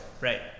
Right